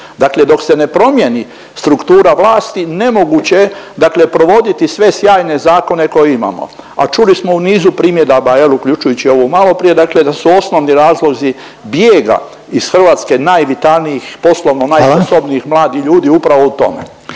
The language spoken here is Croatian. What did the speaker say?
Dakle, dok se ne promijeni struktura vlasti nemoguće je dakle provoditi sve sjajne zakone koje imamo, a čuli smo u nizu primjedaba jel uključujući i ovu maloprije dakle da su osnovni razlozi bijega iz Hrvatske najvitalnijih, poslovno … …/Upadica Željko Reiner: